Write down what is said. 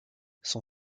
son